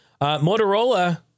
Motorola